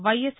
YS